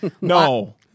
no